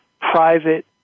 private